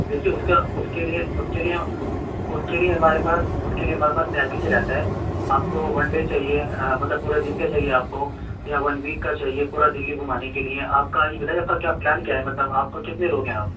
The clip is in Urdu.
دیکھیے اس کا اس کے لیے اس کے لیے ہم اس کے لیے ہمارے پاس اس کے لیے ہمارے پاس پیکیج رہتا ہے آپ کو ونڈے چاہیے مطلب پورے دن کے لیے چاہیے آپ کو یا ون ویک کا چاہیے پورا دلّی گھومانے کے لیے آپ کا یہ بتائیں آپ کا کیا پلان کیا ہے مطلب آپ کو کتنے لوگ ہیں آپ